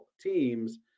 teams